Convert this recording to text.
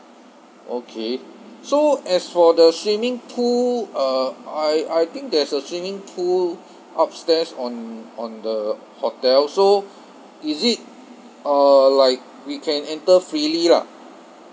okay so as for the swimming pool uh I I think there's a swimming pool upstairs on on the hotel so is it uh like we can enter freely lah